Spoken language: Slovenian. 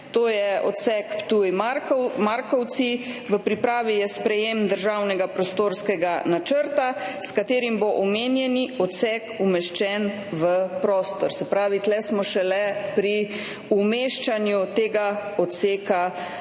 to je odsek Ptuj–Markovci. V pripravi je sprejetje državnega prostorskega načrta, s katerim bo omenjeni odsek umeščen v prostor. Se pravi, tukaj smo šele pri umeščanju tega odseka